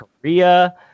Korea